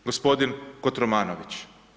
Gospodin Kotromanović.